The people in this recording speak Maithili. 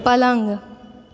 पलङ्ग